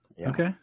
Okay